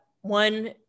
one